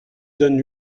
donne